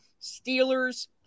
Steelers